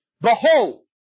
behold